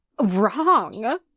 Wrong